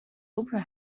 opera